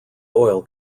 oil